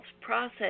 process